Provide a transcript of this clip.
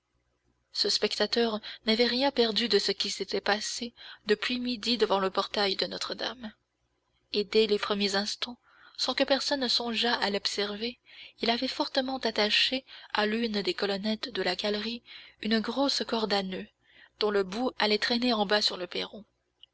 ce spectateur n'avait rien perdu de ce qui s'était passé depuis midi devant le portail de notre-dame et dès les premiers instants sans que personne songeât à l'observer il avait fortement attaché à l'une des colonnettes de la galerie une grosse corde à noeuds dont le bout allait traîner en bas sur le perron